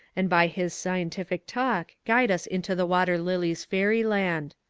and by his scien tific talk guide us into the water-lilies fairyland.